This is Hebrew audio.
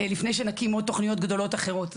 לפני שנקים עוד תוכניות גדולות אחרות.